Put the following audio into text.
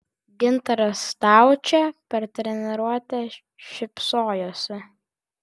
gintaras staučė per treniruotę šypsojosi